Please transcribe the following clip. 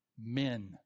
men